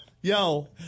Yo